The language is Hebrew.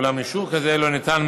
אולם אישור כזה לא ניתן מעולם.